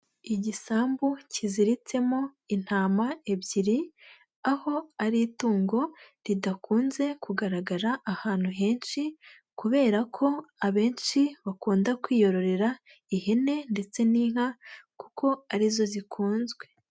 Igisambu kiziritsemo intama ebyiri, aho ari itungo ridakunze kugaragara ahantu henshi kubera ko abenshi bakunda kwiyororera ihene ndetse n'inka kuko ari zo zikunzwe.